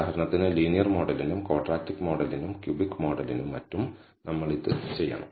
ഉദാഹരണത്തിന് ലീനിയർ മോഡലിനും ക്വാഡ്രാറ്റിക് മോഡലിനും ക്യൂബിക് മോഡലിനും മറ്റും നമ്മൾ ഇത് ചെയ്യണം